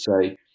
say